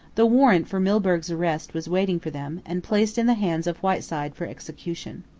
the warrant for milburgh's arrest was waiting for them, and placed in the hands of whiteside for execution.